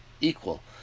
equal